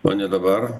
o ne dabar